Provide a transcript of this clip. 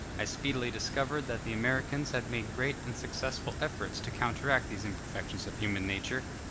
i speedily discovered that the americans had made great and successful efforts to counteract these imperfections of human nature,